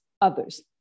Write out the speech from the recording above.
others